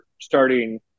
starting